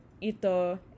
Ito